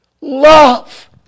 love